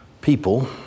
people